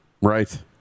Right